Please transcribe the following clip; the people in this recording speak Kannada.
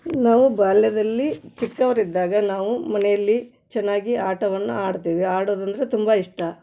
ನಾವು ಬಾಲ್ಯದಲ್ಲಿ ಚಿಕ್ಕವರಿದ್ದಾಗ ನಾವು ಮನೆಯಲ್ಲಿ ಚೆನ್ನಾಗಿ ಆಟವನ್ನು ಆಡ್ತೀವಿ ಆಡೋದಂದರೆ ತುಂಬ ಇಷ್ಟ